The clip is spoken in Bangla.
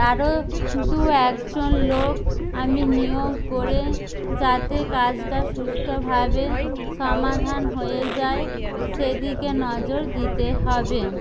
আরো দু একজন লোক আমি নিয়োগ করে যাতে কাজটা সুষ্ঠভাবে সমাধান হয়ে যায় সেদিকে নজর দিতে হবে